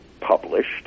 published